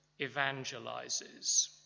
evangelizes